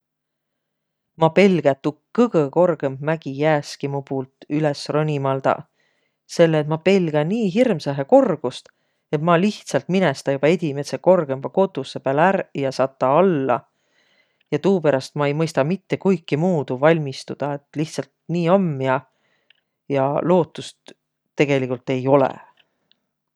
Ma pelgä, et tuu kõgõ korgõmb mägi jääski mu puult üles ronimaldaq, selle et ma pelgä nii hirmsahe korgust, et ma lihtsält minestä joba edimädse korgõmba kotusõ pääl ärq ja sata alla. Ja tuuperäst ma ei mõistaq mitte kuigimuudu valmistudaq. Et lihtsält nii om ja lootust tegeligult ei olõq.